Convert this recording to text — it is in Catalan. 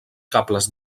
cables